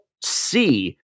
see